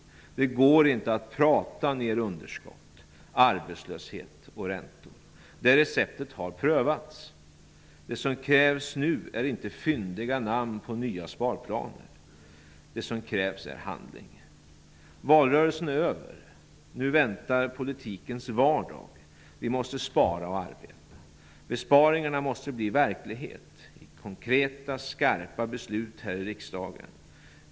Det går inte att prata ned underskott, arbetslöshet och räntor. Det receptet har prövats. Det som krävs nu är inte fyndiga namn på nya sparplaner; det som krävs är handling. Valrörelsen är över. Nu väntar politikens vardag. Vi måste spara och arbeta. Besparingarna måste bli verklighet - konkreta, skarpa beslut här i riksdagen.